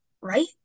right